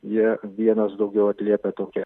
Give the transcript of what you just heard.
jie vienas daugiau atliepia tokią